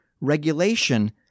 regulation